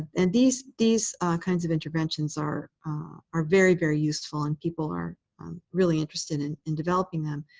and these these kinds of interventions are are very, very useful, and people are really interested in in developing them.